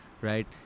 right